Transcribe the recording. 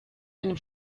einem